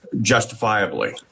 justifiably